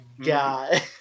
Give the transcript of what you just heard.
God